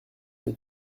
mais